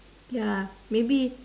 ya maybe